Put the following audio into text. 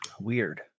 Weird